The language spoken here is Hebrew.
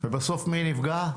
ובסוף מי נפגע?